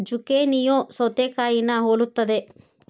ಜುಕೇನಿಯೂ ಸೌತೆಕಾಯಿನಾ ಹೊಲುತ್ತದೆ